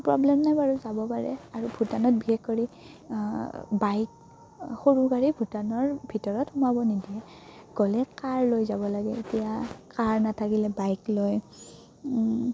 problem নাই বাৰু যাব পাৰে আৰু ভূটানত বিশেষ কৰি বাইক সৰু গাড়ী ভূটানৰ ভিতৰত সোমাব নিদিয়ে গ'লে কাৰ লৈ যাব লাগে এতিয়া কাৰ নাথাকিলে বাইক লৈ